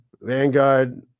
Vanguard